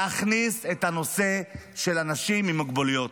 להכניס את הנושא של אנשים עם מוגבלויות.